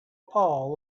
paul